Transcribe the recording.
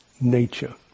nature